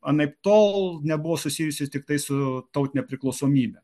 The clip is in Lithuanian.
anaiptol nebuvo susijusi tiktai su tautine priklausomybe